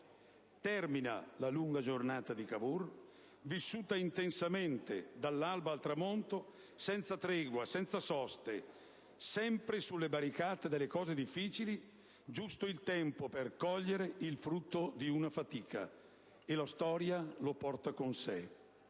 Termina la lunga giornata di Cavour, vissuta intensamente, dall'alba al tramonto, senza tregua, senza soste, sempre sulle barricate delle cose difficili: giusto il tempo per cogliere il frutto di una fatica, e la storia lo porta con sé!